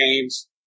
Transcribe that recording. games